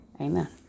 amen